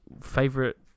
favorite